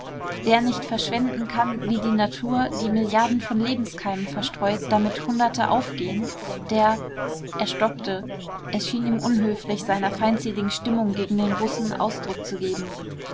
wer nicht verschwenden kann wie die natur die milliarden von lebenskeimen verstreut damit hunderte aufgehen der er stockte es schien ihm unhöflich seiner feindseligen stimmung gegen den russen ausdruck zu geben